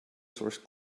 source